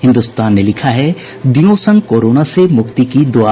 हिन्द्रस्तान ने लिखा है दीयों संग कोरोना से मुक्ति की दुआ